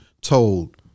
told